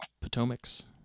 Potomac's